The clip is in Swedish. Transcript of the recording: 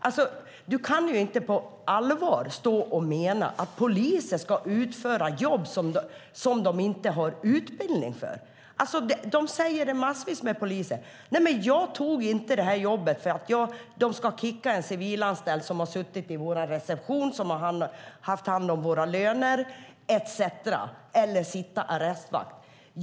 Krister Hammarbergh kan inte på allvar mena att poliser ska utföra jobb som de inte har utbildning för. Massvis av poliser säger: Jag tog inte det här jobbet för att de ska kicka en civilanställd som har suttit i vår reception, som har haft hand om våra löner etcetera eller sitta arrestvakt.